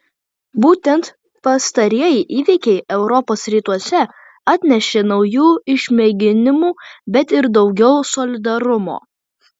būtent pastarieji įvykiai europos rytuose atnešė naujų išmėginimų bet ir daugiau solidarumo